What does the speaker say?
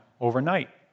overnight